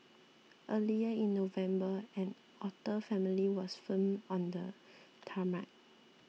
earlier in November an otter family was filmed on the tarmac